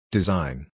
Design